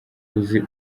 uzi